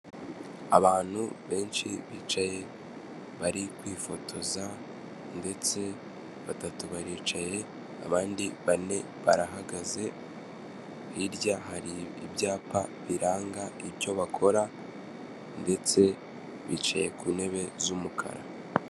Abantu benshi bicaye bari kwifotoza ndetse batatu baricaye, abandi bane barahagaze, hirya hari ibyapa biranga icyo bakora ndetse bicaye ku ntebe z'umukara.